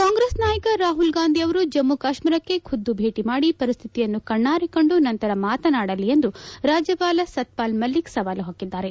ಕಾಂಗ್ರೆಸ್ ನಾಯಕ ರಾಹುಲ್ ಗಾಂಧಿ ಅವರು ಜಮ್ಮ ಕಾಶ್ಮೀರಕ್ಕೆ ಖುದ್ದು ಭೇಟಿ ಮಾಡಿ ಪರಿಸ್ಕಿತಿಯನ್ನು ಕಣ್ಣಾರೆ ಕಂಡು ನಂತರ ಮಾತನಾಡಲಿ ಎಂದು ರಾಜ್ಯಪಾಲ ಸತ್ಯಪಾಲ್ ಮಲಿಕ್ ಸವಾಲು ಹಾಕಿದ್ದಾರೆ